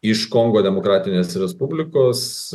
iš kongo demokratinės respublikos